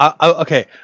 okay